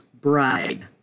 bride